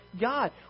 God